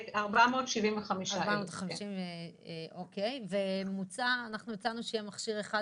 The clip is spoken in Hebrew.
זה 475,000. אנחנו הצענו שיהיה מכשיר אחד